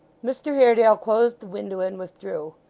mr haredale closed the window, and withdrew.